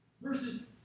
Versus